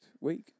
week